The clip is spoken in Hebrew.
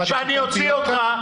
שאני אוציא אותך?